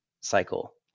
cycle